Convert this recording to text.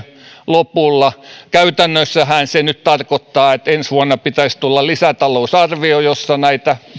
lopulla käytännössähän se nyt tarkoittaa että ensi vuonna pitäisi tulla lisätalousarvio jossa näitä